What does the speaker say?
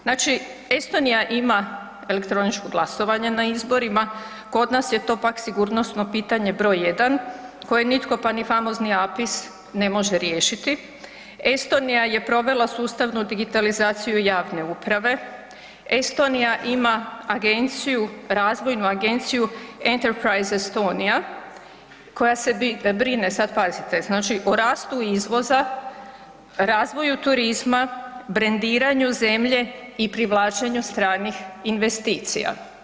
Znači Estonija ima elektroničko glasovanje na izborima, kod nas je to pak sigurnosno pitanje broj jedan koje nitko pa ni famozni APIS ne može riješiti, Estonija je provela sustavnu digitalizaciju javne uprave, Estonija ima Agenciju, Razvojnu agenciju Enterprise Estonia koja se brine, sad pazite, znači o rastu izvoza, razvoju turizma, brendiranju zemlje i privlačenju stranih investicija.